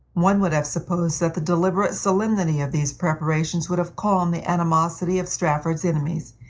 one would have supposed that the deliberate solemnity of these preparations would have calmed the animosity of strafford's enemies,